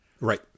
Right